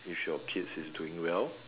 if your kids is doing well